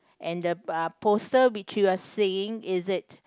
and the uh poster which you are seeing is it